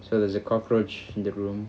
so there's a cockroach in the room